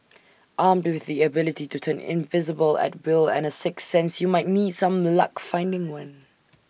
armed with the ability to turn invisible at will and A sixth sense you might need some luck finding one